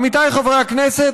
עמיתיי חברי הכנסת,